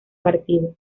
partido